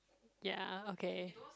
ya okay